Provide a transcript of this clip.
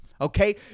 Okay